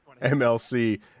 MLC